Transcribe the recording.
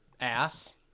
ass